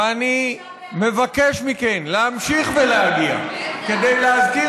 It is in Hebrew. ואני מבקש מכן להמשיך ולהגיע כדי להזכיר